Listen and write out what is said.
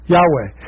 Yahweh